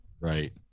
right